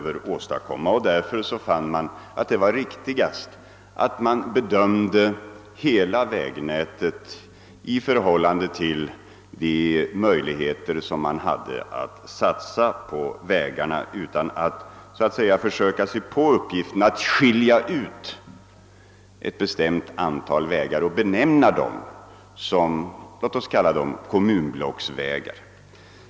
Man fann det vara riktigast att bedöma hela vägnätet i förhållande till de resurser som man hade att satsa på vägarna. Det är svårt att skilja ut ett bestämt antal vägar och benämna dem kommunblocksvägar.